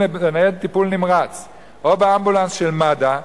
בניידת טיפול נמרץ או באמבולנס של מד"א,